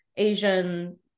Asian